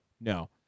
No